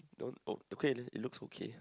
don't o~ okay leh it looks okay